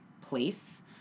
place